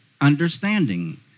understanding